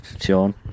Sean